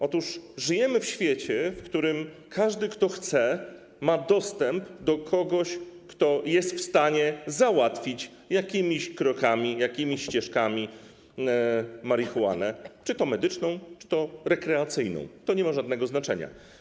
Otóż żyjemy w świecie, w którym każdy, kto chce, ma dostęp do kogoś, kto jest w stanie załatwić jakimiś krokami, jakimiś ścieżkami marihuanę, czy to medyczną, czy to rekreacyjną, to nie ma żadnego znaczenia.